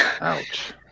Ouch